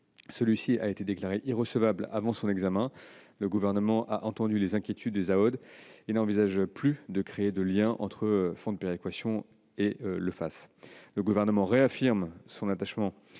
locale a été déclaré irrecevable avant son examen. Le Gouvernement a entendu les inquiétudes des AODE et n'envisage plus de créer de lien entre le FPE et le FACÉ. Le Gouvernement réaffirme son attachement